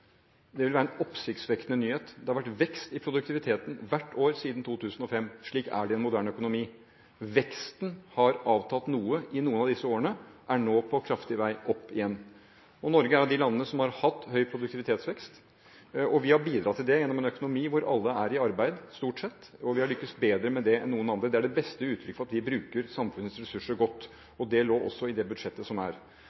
Det vil være en oppsiktsvekkende nyhet. Det har vært vekst i produktiviteten hvert år siden 2005. Slik er det i en moderne økonomi. Veksten har avtatt noe i noen av disse årene, men den er nå kraftig på vei opp igjen. Norge er av de landene som har hatt høy produktivitetsvekst, og vi har bidratt til det gjennom en økonomi hvor alle er i arbeid – stort sett. Vi har lyktes bedre med det enn noen andre. Det er det beste uttrykket for at vi bruker samfunnets ressurser godt,